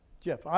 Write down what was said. Jeff